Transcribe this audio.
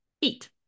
Eat